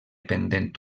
pendent